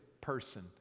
person